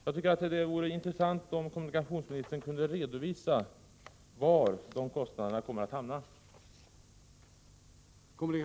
Jag tycker att det vore intressant om kommunikationsministern ville redovisa var dessa kostnader kommer att hamna.